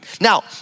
Now